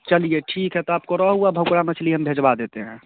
चलिए ठीक है तो आपको रोहू और भाकुड़ मछली हम भिजवा देते हैं